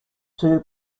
two